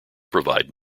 provide